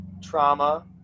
trauma